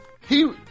he-